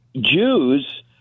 Jews